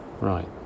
right